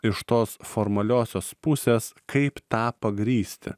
iš tos formaliosios pusės kaip tą pagrįsti